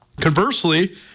Conversely